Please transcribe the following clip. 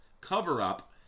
cover-up